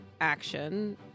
action